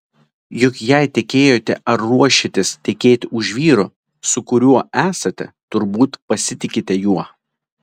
juk jei tekėjote ar ruošiatės tekėti už vyro su kuriuo esate turbūt pasitikite juo